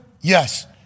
Yes